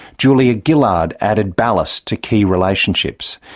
julia gillard added ballast to key relationships.